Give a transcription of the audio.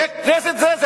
זה כנסת זה?